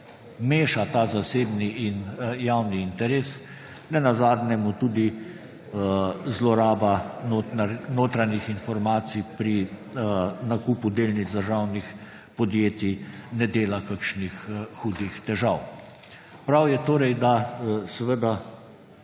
mešata zasebni in javni interes. Nenazadnje mu tudi zloraba notranjih informacij pri nakupu delnic državnih podjetij ne dela kakšnih hudih težav. Prav je torej, da seveda